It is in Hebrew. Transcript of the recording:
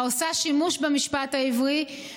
העושה שימוש במשפט העברי,